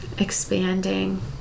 expanding